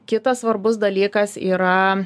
kitas svarbus dalykas yra